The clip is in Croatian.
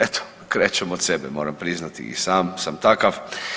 Eto krećem od sebe, moram priznati i sam sam takav.